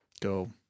go